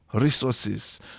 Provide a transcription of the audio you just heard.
resources